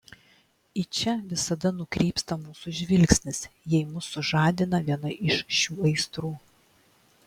į čia visada nukrypsta mūsų žvilgsnis jei mus sužadina viena iš šių aistrų